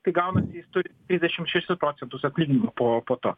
tai gaunasi jis turi trisdešim šešis procentus atlyginimo po po to